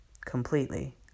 Completely